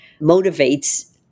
motivates